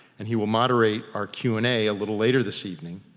and he will moderate our q and a a little later this evening.